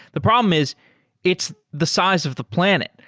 the problem is it's the size of the planet.